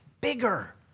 bigger